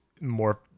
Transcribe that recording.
more